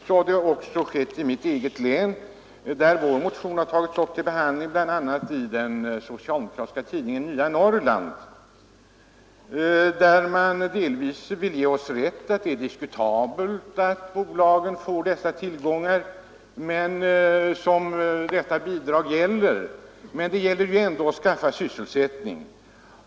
Så har också skett i mitt eget län, där vår motion kommenterats bl.a. av den socialdemokratiska tidningen Nya Norrland, som delvis vill ge oss rätt i att det är diskutabelt att bolagen skall få de tillgångar som detta bidrag utgör. Men det gäller ju ändå att skaffa sysselsättning.